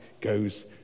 goes